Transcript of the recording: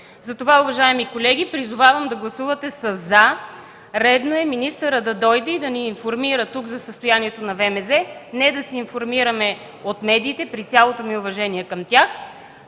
Затова, уважаеми колеги, призовавам да гласувате със „за” – редно е министърът на дойде тук и да ни информира за състоянието на ВМЗ, а не да се информираме от медиите, при цялото ми уважение към тях.